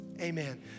amen